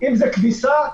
כביסה,